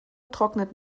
trocknet